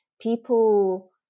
people